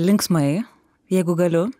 linksmai jeigu galiu